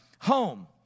home